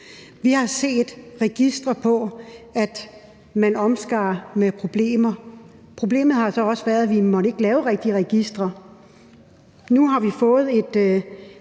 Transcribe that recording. Vi har set registre over problematiske omskæringer . Problemet har så også været, at vi ikke måtte lave rigtige registre. Nu har vi fået